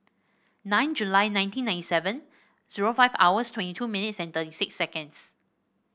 nine July nineteen ninety seven zero five hours twenty two minutes and thirty six seconds